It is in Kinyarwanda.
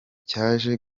cyaje